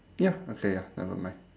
ya okay ya never mind